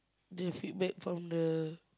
the feedback from the